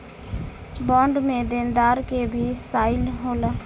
bond में देनदार के भी साइन होला